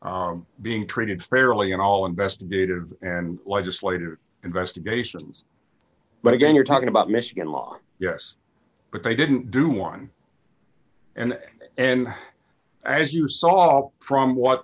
being treated fairly and all investigated and legislated investigations but again you're talking about michigan law yes but they didn't do one and and as you saw from what